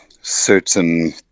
certain